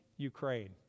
Ukraine